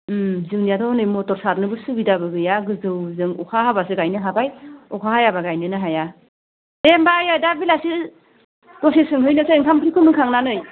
जोंनियाथ' हनै मटर सारनोबो सुबिदाबो गैया गोजौ जों अखा हाबासो गायनो हाबाय अखा हायाबा गायनोनो हाया दे होनबा आइयै दा बेलासे दसे सोंहैनोसै ओंखाम ओंख्रि फोमोनखांनानै